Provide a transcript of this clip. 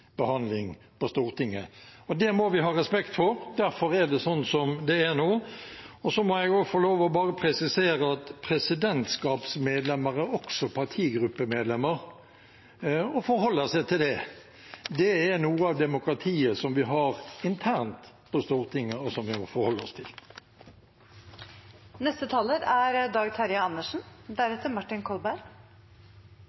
behandling på Stortinget. Det må vi ha respekt for. Derfor er det sånn som det er nå. Så må jeg få lov til å presisere at presidentskapsmedlemmene er også partigruppemedlemmer og forholder seg til det. Det er noe av demokratiet som vi har internt på Stortinget, og som vi må forholde oss